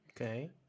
Okay